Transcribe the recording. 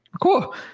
cool